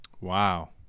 Wow